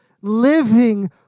living